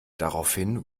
daraufhin